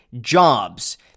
jobs